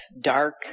dark